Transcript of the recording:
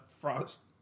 Frost